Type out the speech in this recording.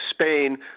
spain